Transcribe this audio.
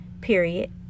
period